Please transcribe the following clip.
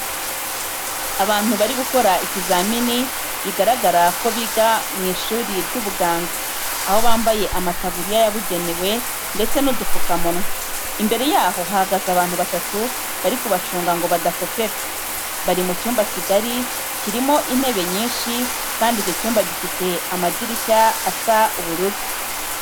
Abantu bari gukora ikizamini bigaragara ko biga mu ishami ry'ubuganga, aho bambaye amataburiya yabugenwe ndetse n'udupfukamunwa. Imbere yabo hahagaze abantu batatu bari kubacunga ngo badakopera. Bari mu cyumba kigari kirimo intebe nyinshi kandi icyo cyumba gifite amadirishya asa ubururu.